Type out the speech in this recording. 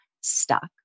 stuck